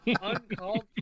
Uncalled